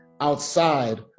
outside